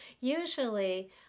usually